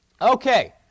okay